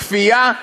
כפייה?